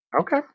Okay